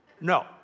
no